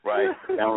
Right